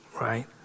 Right